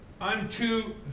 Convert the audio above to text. unto